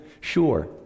Sure